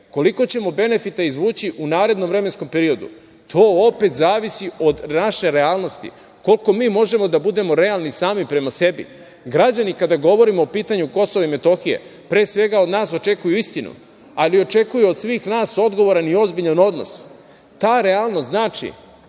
svega. Koliko ćemo benefita izvući u narednom vremenskom periodu to opet zavisi od naše realnosti, koliko mi možemo da budemo realni sami prema sebi. Građani, kada govorimo o pitanju Kosova i Metohije, pre svega od nas očekuju istinu, ali očekuju od svih nas odgovoran i ozbiljan odnos. Ta realnost znači